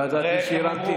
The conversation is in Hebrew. עולה חדש בתחילת שהותו בישראל.